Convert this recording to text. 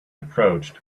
approached